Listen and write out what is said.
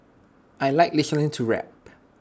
I Like listening to rap